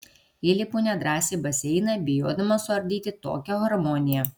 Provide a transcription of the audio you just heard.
įlipu nedrąsiai į baseiną bijodama suardyti tokią harmoniją